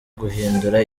guhindura